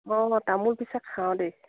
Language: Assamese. অঁ তামোল পিছে খাওঁ দেই